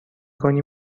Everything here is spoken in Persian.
کنی